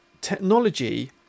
technology